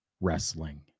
wrestling